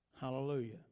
Hallelujah